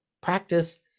Practice